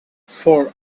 for